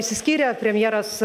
išsiskyrė premjeras